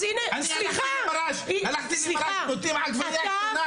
אז הנה, סליחה, סליחה ------ את יודעת את זה?